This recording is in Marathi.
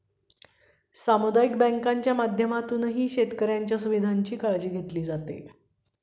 सामुदायिक बँकांच्या माध्यमातूनही शेतकऱ्यांच्या सुविधांची काळजी घेतली जाते